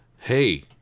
Hey